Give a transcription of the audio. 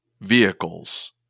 vehicles